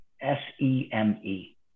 S-E-M-E